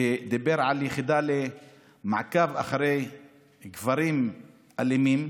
שדיבר על יחידה למעקב אחרי גברים אלימים